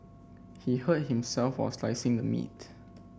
he hurt himself while slicing the meat